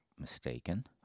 mistaken